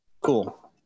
cool